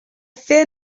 fear